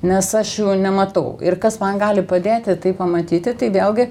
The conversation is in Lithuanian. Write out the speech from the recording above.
nes aš jo nematau ir kas man gali padėti tai pamatyti tai vėlgi